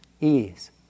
ease